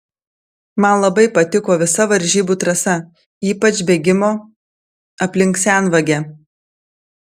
man labai patiko visa varžybų trasa ypač bėgimo aplink senvagę